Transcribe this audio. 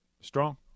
Strong